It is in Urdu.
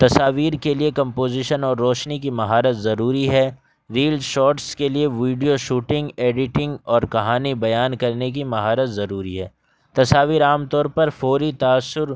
تصاویر کے لیے کمپوزیشن اور روشنی کی مہارت ضروری ہے ریل شارٹز کے لیے ویڈیو شوٹنگ ایڈیٹنگ اور کہانی بیان کرنے کی مہارت ضروری ہے تصاویر عام طور پر فوری تأثر